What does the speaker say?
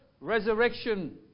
resurrection